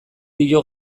dio